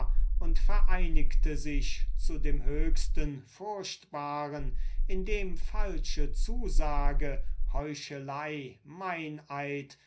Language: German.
und vereinigte sich zu dem höchsten furchtbaren indem falsche zusage heuchelei meineid